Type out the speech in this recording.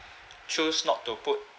choose not to put